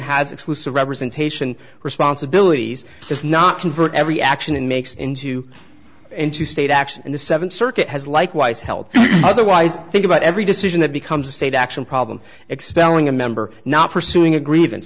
exclusive representation responsibilities does not convert every action and makes into into state action and the seventh circuit has likewise held otherwise think about every decision that becomes a state action problem expelling a member not pursuing a grievance